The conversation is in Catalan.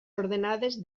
ordenades